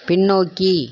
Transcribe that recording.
பின்னோக்கி